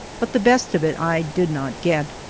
but the best of it i did not get.